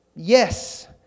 Yes